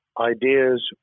ideas